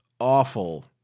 awful